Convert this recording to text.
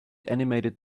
animated